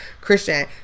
Christian